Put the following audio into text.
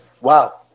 wow